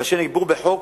ואשר נקבעו בחוק